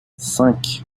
cinq